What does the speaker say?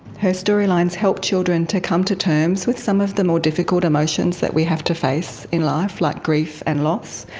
her storylines help children to come to terms with some of the more difficult emotions that we have to face in life, like grief and loss.